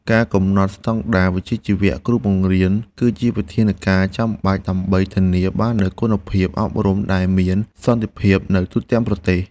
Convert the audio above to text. ការកំណត់ស្តង់ដារវិជ្ជាជីវៈគ្រូបង្រៀនគឺជាវិធានការចាំបាច់ដើម្បីធានាបាននូវគុណភាពអប់រំដែលមានសន្តិភាពនៅទូទាំងប្រទេស។